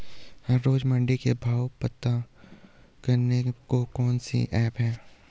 हर रोज़ मंडी के भाव पता करने को कौन सी ऐप है?